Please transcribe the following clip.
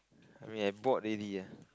I mean I bored already ah